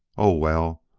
oh, well,